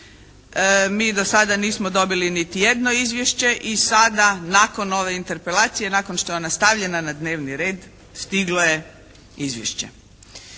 Mi do sada nismo dobili niti jedno izvješće. I sada nakon ove Interpelacije, nakon što je ona stavljena na dnevni red stiglo je izvješće.